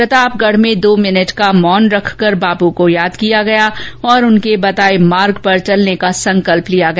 प्रतापगढ़ में दो मिनट का मौन रखकर बापू को याद किया गया और उनके बताये मार्ग पर चलने का संकल्प लिया गया